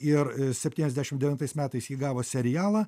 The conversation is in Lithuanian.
ir septyniasdešimt devintais metais ji gavo serialą